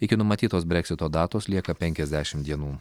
iki numatytos breksito datos lieka penkiasdešimt dienų